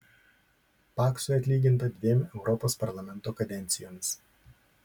paksui atlyginta dviem europos parlamento kadencijomis